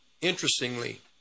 interestingly